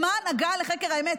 למען הגעה לחקר האמת.